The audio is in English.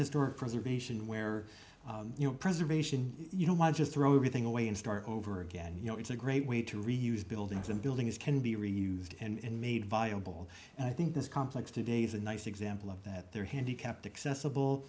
historic preservation where you know preservation you know might just throw everything away and start over again you know it's a great way to reuse buildings and buildings can be reused and made viable and i think this complex today's a nice example of that they're handicapped accessible